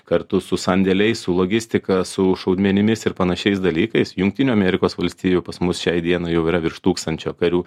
kartu su sandėliais su logistika su šaudmenimis ir panašiais dalykais jungtinių amerikos valstijų pas mus šiai dienai jau yra virš tūkstančio karių